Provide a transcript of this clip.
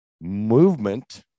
Movement